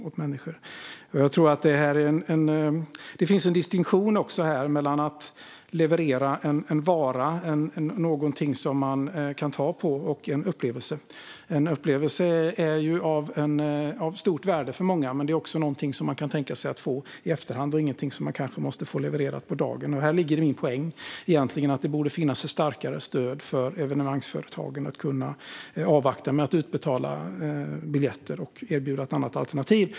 Det finns också en distinktion mellan att leverera en vara, någonting som man kan ta på, och en upplevelse. En upplevelse är av stort värde för många, men det är också något som man kan tänka sig att få i efterhand och inte något som man kanske måste få levererat på dagen. Här ligger min poäng. Det borde finnas ett starkare stöd för att evenemangsföretagen ska kunna avvakta med att utbetala biljetter och kunna erbjuda ett annat alternativ.